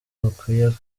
bukwiye